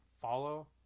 follow